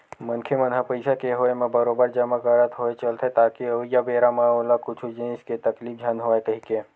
मनखे मन ह पइसा के होय म बरोबर जमा करत होय चलथे ताकि अवइया बेरा म ओला कुछु जिनिस के तकलीफ झन होवय कहिके